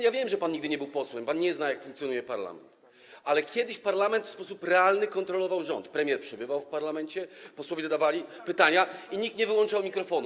Ja wiem, że pan nigdy nie był posłem i pan nie wie, jak funkcjonuje parlament, ale kiedyś parlament w sposób realny kontrolował rząd, premier przebywał w parlamencie, posłowie zadawali pytania i nikt nie wyłączał mikrofonu.